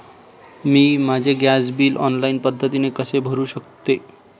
मी माझे gas bill online पद्धतीने कसे भरु शकते?